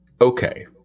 okay